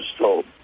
told